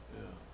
ya